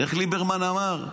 איך ליברמן אמר?